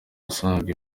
wasangaga